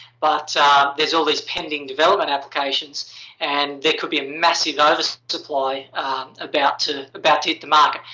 but there's all these pending development applications and there could be a massive oversupply about to about to hit the market.